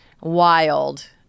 wild